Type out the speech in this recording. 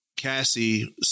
Cassie